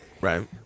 Right